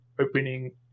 opening